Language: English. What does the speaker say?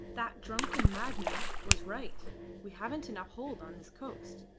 that drunken madman was right we haven't enough hold on this coast.